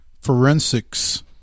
forensics